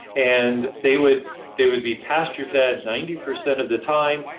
and they would they would be pasture-fed ninety percent of the time.